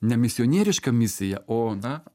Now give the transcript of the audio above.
ne misionieriška misija o na